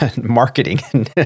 Marketing